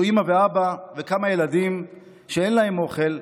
אימא ואבא וכמה ילדים שאין להם אוכל,